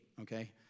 okay